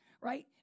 right